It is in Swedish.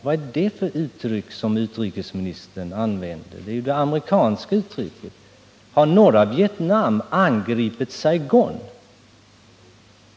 Det är ju det amerikanska uttrycket som utrikesministern här använder! Har norra Vietnam angripit Saigon?